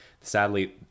Sadly